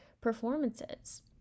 performances